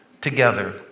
together